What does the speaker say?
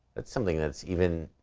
that's something that's even,